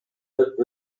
деп